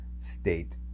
state